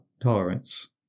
tolerance